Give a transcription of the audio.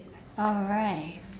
alright